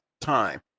time